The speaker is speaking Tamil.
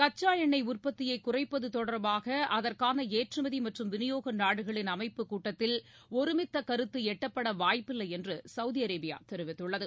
கச்சா எண்ணெய் உற்பத்தியை குறைப்பது தொடர்பாக அதற்கான ஏற்றுமதி மற்றும் வினியோக நாடுகளின் அமைப்பு கூட்டத்தில் ஒருமித்த கருத்து எட்டப்பட வாய்ப்பில்லை என்று சவுதி அரேபியா தெவித்துள்ளது